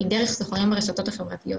היא דרך סוחרים ברשתות החברתיות.